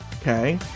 okay